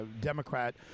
Democrat